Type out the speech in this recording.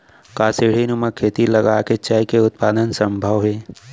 का सीढ़ीनुमा खेती लगा के चाय के उत्पादन सम्भव हे?